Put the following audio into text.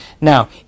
Now